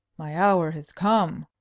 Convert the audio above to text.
my hour has come,